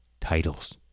titles